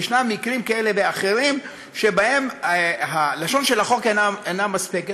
ישנם מקרים כאלה ואחרים שבהם לשון החוק אינה מספקת.